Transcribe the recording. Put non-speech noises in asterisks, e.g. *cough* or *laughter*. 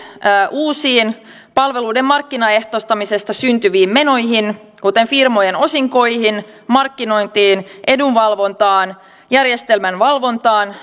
uusiin palveluiden markkinaehtoistamisesta syntyviin menoihin kuten firmojen osinkoihin markkinointiin edunvalvontaan järjestelmän valvontaan *unintelligible*